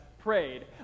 prayed